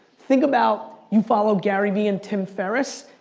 think about, you follow garyvee and tim ferris,